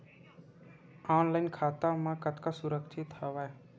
Online खाता कतका सुरक्षित हवय?